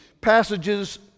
passages